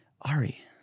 Ari